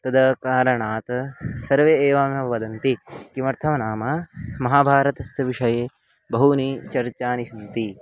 तदा कारणात् सर्वे एवमेव वदन्ति किमर्थं नाम महाभारतस्य विषये बहूनि चर्चानि सन्ति